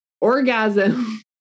orgasm